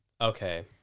Okay